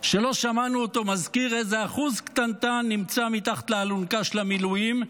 שלא שמענו אותו מזכיר איזה אחוז קטנטנן נמצא מתחת לאלונקה של המילואים,